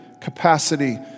capacity